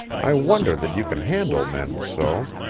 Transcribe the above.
i wonder that you can handle men so.